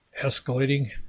escalating